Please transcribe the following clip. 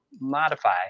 modify